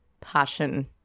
passion